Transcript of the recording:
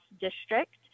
District